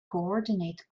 coordinate